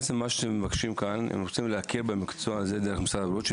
שאתם מבקשים כאן להכיר במקצוע הזה דרך משרד הבריאות,